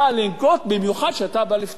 במיוחד שאתה בא לפתור בעיה.